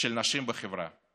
של נשים בחברה.